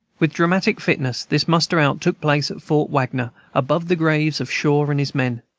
with dramatic fitness this muster-out took place at fort wagner, above the graves of shaw and his men.